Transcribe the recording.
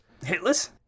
Hitless